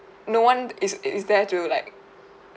no one is is there to like